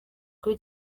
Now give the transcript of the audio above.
kuba